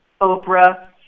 Oprah